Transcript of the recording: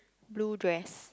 blue dress